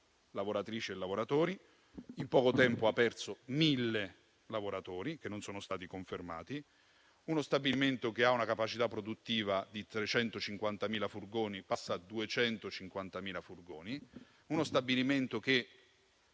lavoratrici e lavoratori e che in poco tempo ha perso 1.000 lavoratori che non sono stati confermati; uno stabilimento che passa da una capacità produttiva di 350.000 furgoni a 250.000 furgoni; uno stabilimento che